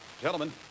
Gentlemen